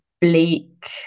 Bleak